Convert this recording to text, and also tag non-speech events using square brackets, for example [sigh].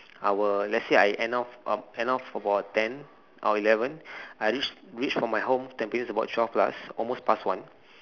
I will let's say I end off um end off about ten or eleven [breath] I reach reach from my home tampines about twelve plus almost past one